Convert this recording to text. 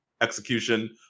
execution